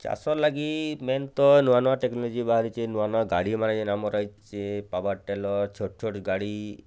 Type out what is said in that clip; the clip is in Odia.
ଚାଷର୍ ଲାଗି ମେନ୍ ତ ନୂଆ ନୂଆ ଟେକ୍ନୋଲୋଜି ବାହାରିଛି ନୂଆ ନୂଆ ଗାଡ଼ିମାନେ ଯେନ୍ ଆମର୍ ଆଇଛି ପାୱାର୍ ଟେଲର୍ ଛୋଟ୍ ଛୋଟ୍ ଗାଡ଼ି